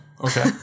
okay